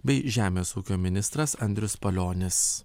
bei žemės ūkio ministras andrius palionis